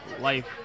life